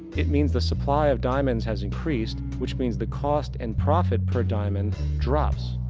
it means the supply of diamonds has increased, which means the cost and profit per diamond drops.